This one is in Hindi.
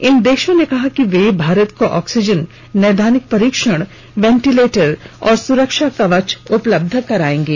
इन देशों ने कहा कि वे भारत को ऑक्सीजन नैदानिक परीक्षण वेंटिलेटर और सुरक्षा कवच उपलब्ध करायेंगे